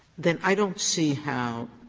then i don't see how